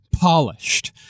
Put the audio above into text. Polished